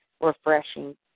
refreshing